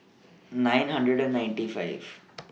nine hundred and ninety five